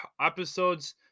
episodes